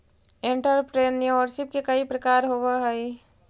entrepreneurship के कई प्रकार होवऽ हई